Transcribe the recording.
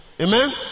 Amen